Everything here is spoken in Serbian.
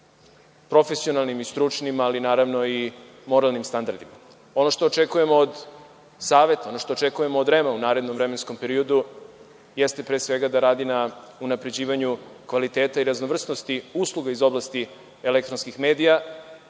profesionalnim i stručnim, ali naravno i moralnim standardima. Ono što očekujemo od Saveta, ono što očekujemo od REM-a u narednom vremenskom periodu, jeste pre svega da radi na unapređivanju kvaliteta i raznovrsnosti usluga iz oblasti elektronskih medija,